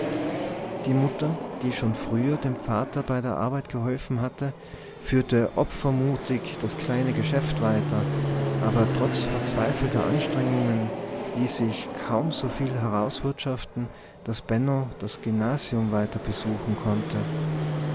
die mutter die schon früher dem vater bei der arbeit geholfen hatte führte opfermutig das kleine geschäft weiter aber trotz verzweifelter anstrengungen ließ sich kaum so viel herauswirtschaften daß benno das gymnasium weiter besuchen konnte